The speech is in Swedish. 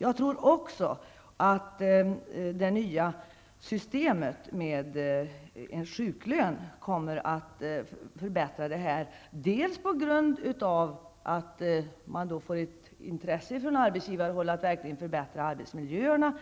Jag tror också att det nya systemet med en sjuklön kommer att förbättra läget eftersom man från arbetsgivarhåll får ett intresse av att verkligen förbättra arbetsmiljöerna.